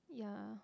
yeah